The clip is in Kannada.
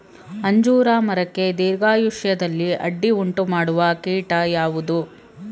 ಅಂಜೂರ ಮರಕ್ಕೆ ದೀರ್ಘಾಯುಷ್ಯದಲ್ಲಿ ಅಡ್ಡಿ ಉಂಟು ಮಾಡುವ ಕೀಟ ಯಾವುದು?